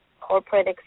corporate